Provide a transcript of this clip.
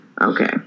Okay